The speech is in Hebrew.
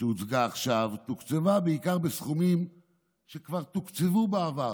שהוצגה עכשיו תוקצבה בעיקר בסכומים שכבר תוקצבו בעבר.